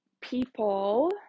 people